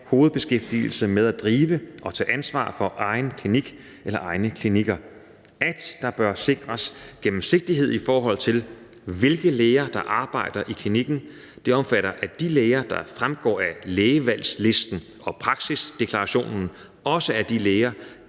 hovedbeskæftigelse med at drive og tage ansvar for egen klinik eller egne klinikker; at der bør sikres gennemsigtighed, i forhold til hvilke læger der arbejder i klinikken, og det omfatter, at de læger, der fremgår af lægevalgslisten og praksisdeklarationen, også er de læger,